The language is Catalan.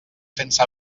sense